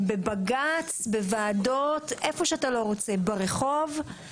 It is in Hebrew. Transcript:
בבג"צ, בוועדות, איפה שאתה לא רוצה, ברחוב.